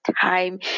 time